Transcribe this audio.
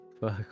fuck